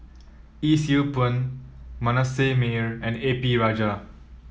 Yee Siew Pun Manasseh Meyer and A P Rajah